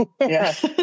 Yes